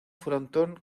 frontón